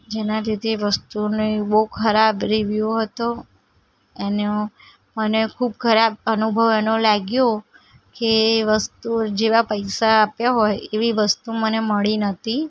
જેના લીધે વસ્તુને બહુ જ ખરાબ રીવ્યૂ હતો એનો અને ખૂબ ખરાબ અનુભવ એનો લાગ્યો કે વસ્તુ જેવા પૈસા આપ્યા હોય એવી વસ્તુ મને મળી નહોતી